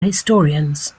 historians